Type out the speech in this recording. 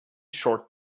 short